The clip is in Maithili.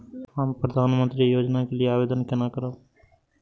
हम प्रधानमंत्री योजना के लिये आवेदन केना करब?